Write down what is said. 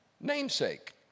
namesake